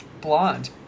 blonde